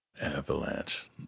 Avalanche